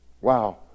Wow